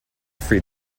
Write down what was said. free